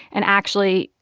and actually,